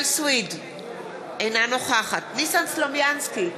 אינה נוכחת ניסן סלומינסקי,